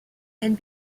and